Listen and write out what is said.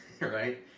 right